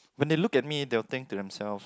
when they look at me they'll think to themselves